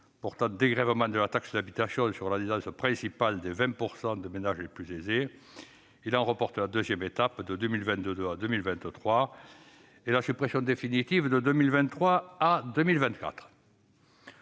portant dégrèvement de la taxe d'habitation sur la résidence principale des 20 % de ménages les plus aisés : il en reporte la deuxième étape de 2022 à 2023 et la suppression définitive de la taxe